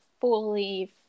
fully